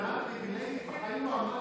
שהיא מעודדת.